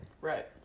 Right